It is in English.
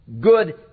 good